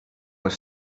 were